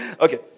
Okay